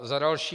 Za další.